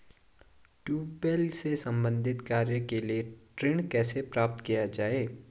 Tubewell से संबंधित कार्य के लिए ऋण कैसे प्राप्त किया जाए?